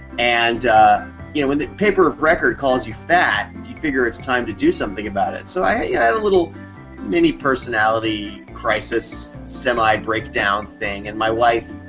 and you know when the paper of record calls you fat, you figure it's time to do something about it. so i had yeah had a little mini personality crisis, semi breakdown thing. and my wife,